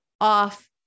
off